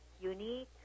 unique